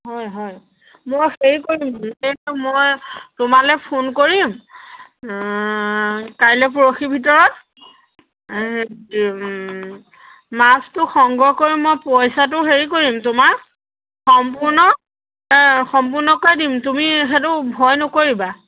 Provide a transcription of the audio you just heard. হয় হয় মই হেৰি কৰিম এইটো মই তোমালৈ ফোন কৰিম কাইলৈ পৰহিৰ ভিতৰত মাছটো সংগ্ৰহ কৰিম মই পইচাটো হেৰি কৰিম তোমাক সম্পূৰ্ণ সম্পূৰ্ণকৈ দিম তুমি সেইটো ভয় নকৰিবা